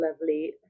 lovely